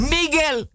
Miguel